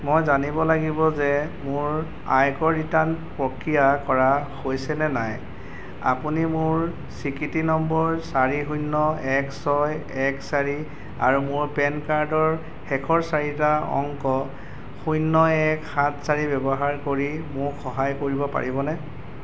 মই জানিব লাগিব যে মোৰ আয়কৰ ৰিটাৰ্ণ প্ৰক্ৰিয়া কৰা হৈছে নে নাই আপুনি মোৰ স্বীকৃতি নম্বৰ চাৰি শূন্য এক ছয় এক চাৰি আৰু মোৰ পেন কাৰ্ডৰ শেষৰ চাৰিটা অংক শূন্য এক সাত চাৰি ব্যৱহাৰ কৰি মোক সহায় কৰিব পাৰিবনে